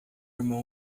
irmão